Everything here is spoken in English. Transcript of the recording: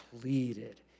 pleaded